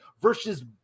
versus